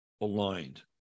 aligned